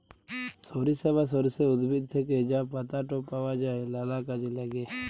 সরিষা বা সর্ষে উদ্ভিদ থ্যাকে যা পাতাট পাওয়া যায় লালা কাজে ল্যাগে